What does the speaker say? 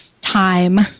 time